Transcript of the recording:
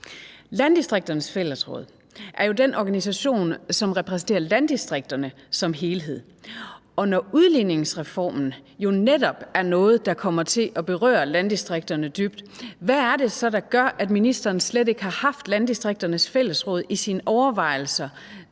Landdistrikternes Fællesråd er jo den organisation, som repræsenterer landdistrikterne som helhed. Når udligningsreformen jo netop er noget, der kommer til at berøre landdistrikterne dybt, hvad er det så, der gør, at ministeren slet ikke har haft Landdistrikternes Fællesråd i sine overvejelser,